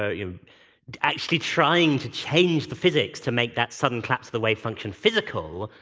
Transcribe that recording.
ah you know actually trying to change the physics to make that sudden collapse of the wave function physical,